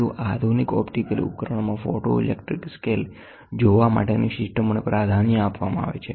વધુ આધુનિક ઓપ્ટિકલ ઉપકરણોમાં ફોટોઇલેક્ટ્રિક સ્કેલ જોવા માટેની સિસ્ટમોને પ્રાધાન્ય આપવામાં આવે છે